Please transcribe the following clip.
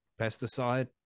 pesticide